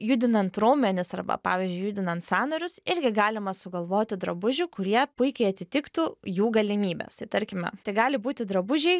judinant raumenis arba pavyzdžiui judinant sąnarius irgi galima sugalvoti drabužių kurie puikiai atitiktų jų galimybes tai tarkime tai gali būti drabužiai